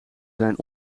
zijn